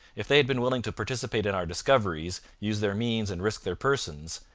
if they had been willing to participate in our discoveries, use their means and risk their persons,